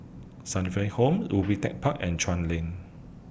Sunnyville Home Ubi Tech Park and Chuan Lane